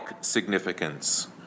significance